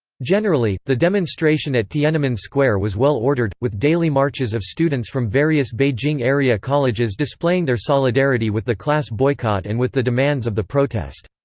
generally, the demonstration at tiananmen square was well ordered, with daily marches of students from various beijing-area colleges displaying their solidarity with the class boycott and with the demands of the protest.